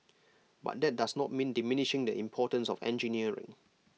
but that does not mean diminishing that importance of engineering